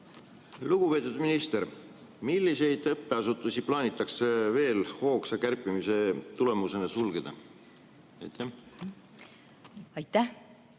Lugupeetud minister, milliseid õppeasutusi plaanitakse veel hoogsa kärpimise tulemusena sulgeda? Aitäh!